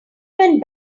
went